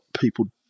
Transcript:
people